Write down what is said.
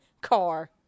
car